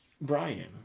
Brian